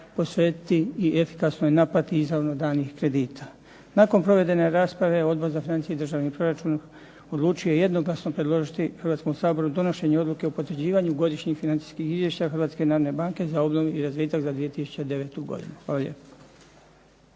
posvetiti i efikasnoj naplati izravno danih kredita. Nakon provedene rasprave Odbor za financije i državni proračun odlučio je jednoglasno predložiti Hrvatskom saboru donošenje Odluke o potvrđivanju Godišnjeg financijskog izvješća Hrvatske banke za obnovu i razvitak za 2009. godinu. Hvala